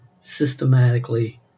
systematically